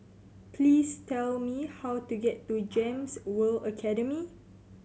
please tell me how to get to GEMS World Academy